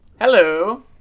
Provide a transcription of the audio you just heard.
Hello